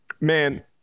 Man